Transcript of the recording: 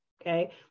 Okay